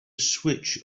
switch